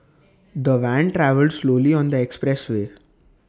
the van travelled slowly on the expressway